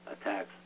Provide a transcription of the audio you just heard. attacks